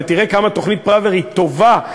ותראה כמה תוכנית פראוור היא טובה,